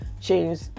change